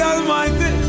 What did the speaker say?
Almighty